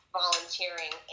volunteering